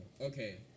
Okay